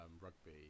rugby